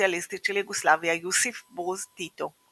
הסוציאליסטית של יוגוסלביה יוסיפ ברוז טיטו,